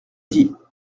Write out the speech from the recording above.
dit